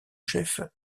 chef